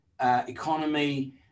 economy